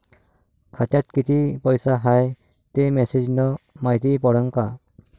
खात्यात किती पैसा हाय ते मेसेज न मायती पडन का?